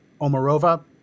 Omarova